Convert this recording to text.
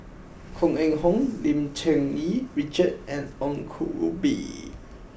Koh Eng Hoon Lim Cherng Yih Richard and Ong Koh Bee